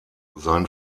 sein